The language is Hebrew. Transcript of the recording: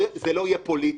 יהיה פוליטי.